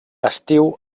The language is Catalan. estiu